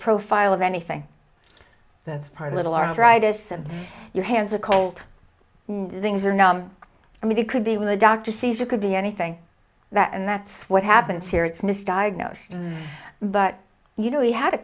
profile of anything that's her little arthritis and your hands are cold when things are numb i mean it could be when the doctor sees you could be anything that and that's what happened here it's misdiagnosed but you know he had a